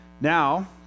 Now